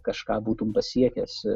kažką būtum pasiekęs